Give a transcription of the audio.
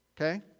okay